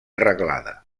reglada